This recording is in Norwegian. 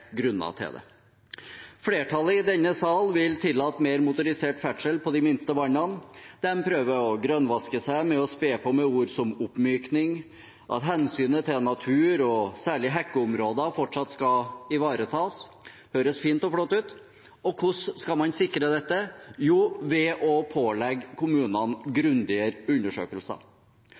Flertallet i denne salen vil tillate mer motorisert ferdsel på de minste vannene. De prøver å grønnvaske seg med å spe på med ord som oppmyking, og at hensynet til natur og særlig hekkeområder fortsatt skal ivaretas. Det høres fint og flott ut. Og hvordan skal man sikre dette? Jo, ved å pålegge kommunene grundigere undersøkelser.